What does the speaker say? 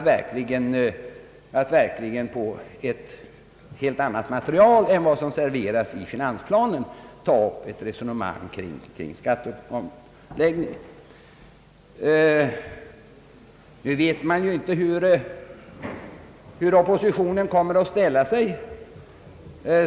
Vi får då ett helt annat material än det som serveras i finansplanen så att vi kan ta upp ett resonemang kring skatteomläggningen. Nu vet man inte hur oppositionen kommer att ställa sig.